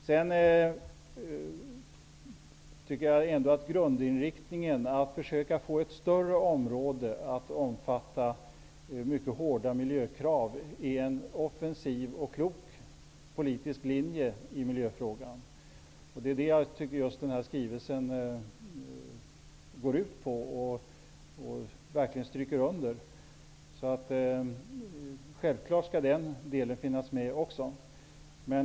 Grundinriktningen, dvs. att försöka få ett större område att omfattas av mycket hårda miljökrav, är en offensiv och klok politisk linje i miljöfrågan. Det är det jag tycker att skrivelsen går ut på och verkligen stryker under. Självfallet skall den delen också finnas med.